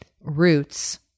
roots